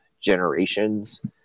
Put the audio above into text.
generations